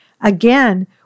Again